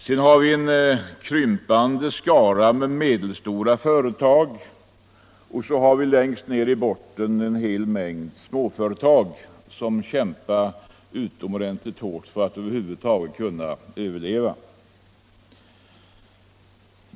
Sedan har vi en krympande skara medelstora företag och längst nere i botten en hel mängd småföretag som kämpar utomordentligt hårt för att över huvud taget kunna överleva.